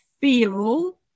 feel